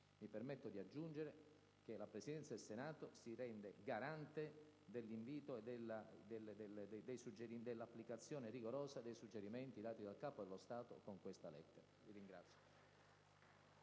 Mi permetto di aggiungere che la Presidenza del Senato si rende garante dell'applicazione rigorosa dei suggerimenti dati dal Capo dello Stato con questa lettera.